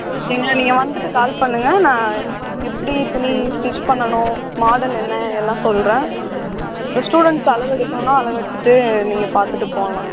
இங்கே நீங்கள் வந்துவிட்டு கால் பண்ணுங்கள் நான் எப்படி துணி ஸ்டிச் பண்ணணும் மாடல் என்ன எல்லாம் சொல்லுறேன் ஸ்டூடண்ட்ஸ் அளவு எடுக்கணுன்னா அளவு எடுத்துவிட்டு நீங்கள் பார்த்துட்டுப் போகலாம்